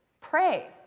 Pray